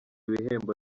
ibihembo